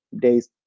days